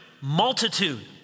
multitude